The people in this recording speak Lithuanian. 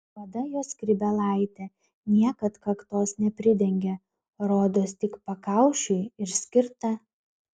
juoda jo skrybėlaitė niekad kaktos nepridengia rodos tik pakaušiui ir skirta